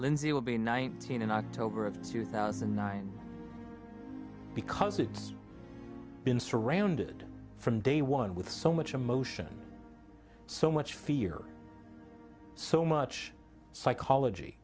lindsay will be nineteen in october of two thousand and nine because it's been surrounded from day one with so much emotion so much fear so much psychology